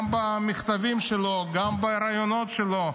גם במכתבים שלו וגם בראיונות שלו,